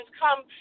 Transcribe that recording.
come